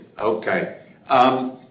Okay